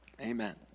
Amen